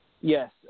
yes